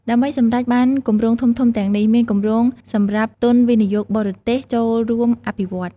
ដើម្បីសម្រេចបានគម្រោងធំៗទាំងនេះ មានគម្រោងសម្រាប់ទុនវិនិយោគបរទេសចូលរួមអភិវឌ្ឍន៍។